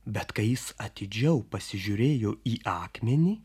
bet kai jis atidžiau pasižiūrėjo į akmenį